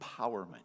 empowerment